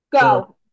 Go